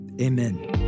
amen